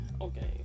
Okay